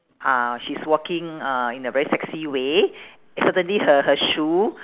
ah she's walking uh in a very sexy way suddenly her her shoe